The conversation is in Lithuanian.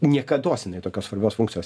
niekados jinai tokios svarbios funkcijos